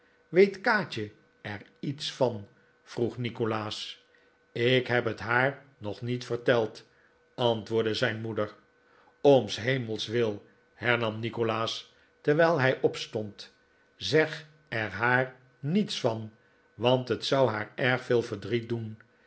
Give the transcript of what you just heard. kaatje er iets van vroeg nikolaas ik heb het haar nog niet verteld antwoordde zijn moeder om s hemels wil hernam nikolaas terwijl hij opstond zeg er haar dan niets van want het zou haar erg veel verdriet doen